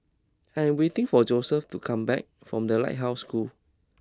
I am waiting for Joesph to come back from The Lighthouse School